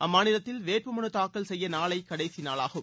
அம்மாநிலத்தில் வேப்பு மனு தாக்கல் செய்ய நாளை கடைசி நாள் ஆகும்